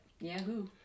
yahoo